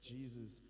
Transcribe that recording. Jesus